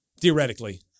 Theoretically